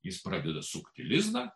jis pradeda sukti lizdą